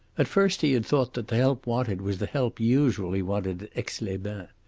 at first he had thought that the help wanted was the help usually wanted at aix-les-bains.